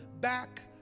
back